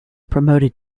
promoted